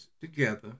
together